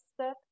step